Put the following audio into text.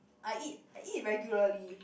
I eat I eat regularly